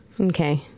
Okay